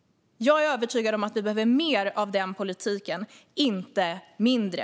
Jag är övertygad om att vi behöver mer av den politiken, inte mindre.